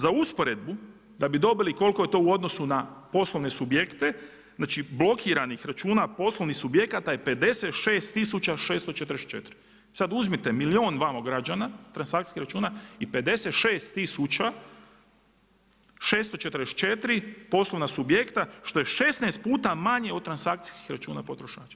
Za usporedbu da bi dobili koliko je to u odnosu na poslovne subjekte, znači blokiranih računa poslovnih subjekata je 56 tisuća 644. sada uzmite milijuna ovamo građana transakcijskih računa i 56 tisuća 644 poslovna subjekta što je 16 puta manje od transakcijskih računa potrošača.